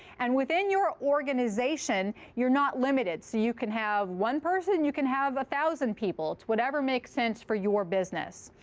and within your organization, you're not limited. so you can have one person. you can have one thousand people. it's whatever makes sense for your business.